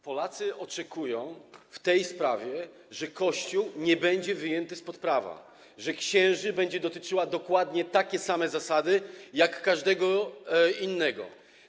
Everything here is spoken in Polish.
Polacy oczekują w tej sprawie, że Kościół nie będzie wyjęty spod prawa, że księży będą dotyczyły dokładnie takie same zasady jak każdego innego.